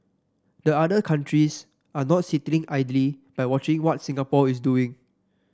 the other countries are not sitting idly by watching what Singapore is doing